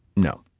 no